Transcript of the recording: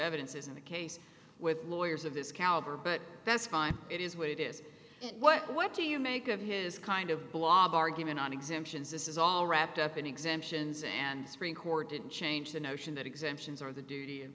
evidence is in the case with lawyers of this caliber but that's fine it is what it is and what what do you make of his kind of blog argument on exemptions this is all wrapped up in exemptions and supreme court didn't change the notion that exemptions are the duty